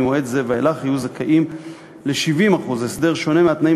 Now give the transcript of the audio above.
וממועד זה ואילך יהיה זכאי ל-70% הסדר שונה מהתנאים